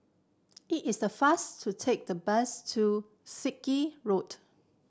it is the fast to take the bus to Sarkie Road